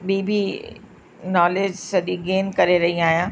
ॿी बि नॉलेज सॼी गेन करे रही आहियां